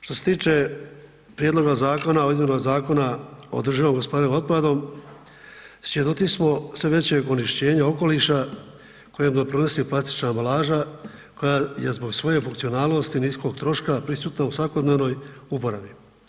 Što se tiče Prijedloga zakona o izmjenama Zakona o održivom gospodarenju otpadom svjedoci smo sve više onečišćenja okoliša koje ... plastična ambalaža koja je zbog svoje funkcionalnosti, nisko troška prisutna u svakodnevnoj uporabi.